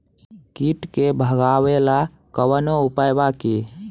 कीट के भगावेला कवनो उपाय बा की?